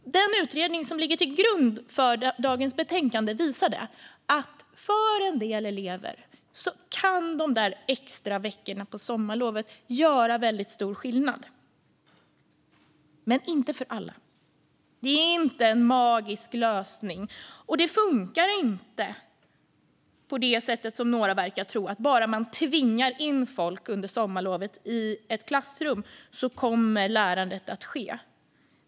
Den utredning som ligger till grund för dagens betänkande visar att för en del elever kan de där extra veckorna på sommarlovet göra väldigt stor skillnad - men inte för alla. Det är inte en magisk lösning, och det funkar inte på det sättet som några verkar tro, att bara man tvingar in folk i ett klassrum under sommarlovet så kommer lärandet att ske.